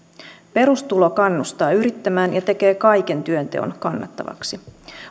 perustulo kannustaa yrittämään ja tekee kaiken työnteon kannattavaksi